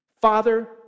Father